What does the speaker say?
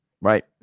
Right